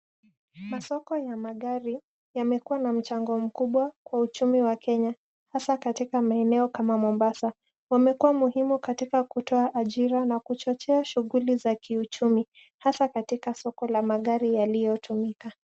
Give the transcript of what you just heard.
Masoko ya magari yamekuwa na mchango mkubwa kwa uchumi wa Kenya hasa katika maeneo kama Mombasa. Wamekuwa muhimu katika kutoa ajira na kuchochea shughuli za kiuchumi hasa katika soko la magari yaliyotumika.